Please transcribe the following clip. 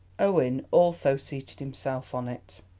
owen also seated himself on it,